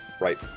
Right